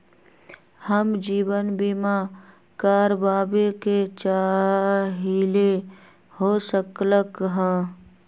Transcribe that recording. हम जीवन बीमा कारवाबे के चाहईले, हो सकलक ह?